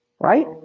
right